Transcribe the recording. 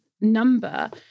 number